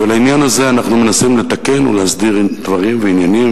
ובעניין הזה אנחנו מנסים לתקן ולהסדיר דברים ועניינים,